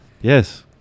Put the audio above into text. Yes